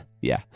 Yeah